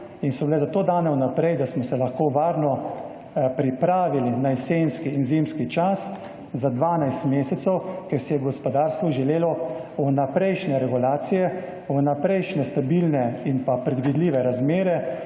in so bile zato dane vnaprej, da smo se lahko varno pripravili na jesenski in zimski čas za 12 mesecev, ker si je gospodarstvo želelo vnaprejšnje regulacije, vnaprejšnje stabilne in pa predvidljive razmere,